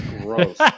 gross